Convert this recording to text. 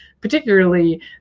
particularly